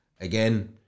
Again